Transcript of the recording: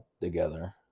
together